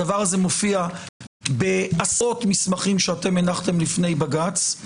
הדבר הזה מופיע בעשרות מסמכים שאתם הנחתם לפני בג"ץ,